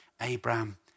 Abraham